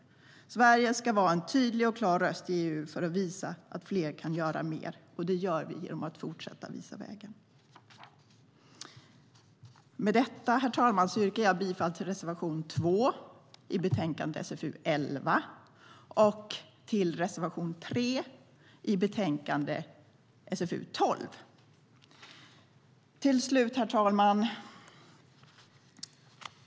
Sverige ska vara en tydlig och klar röst i EU och visa att fler kan göra mer. Det gör vi genom att fortsätta att visa vägen. Herr talman!